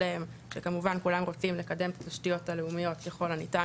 שכמובן כולם רוצים לקדם את התשתיות הלאומיות ככל הניתן,